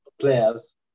players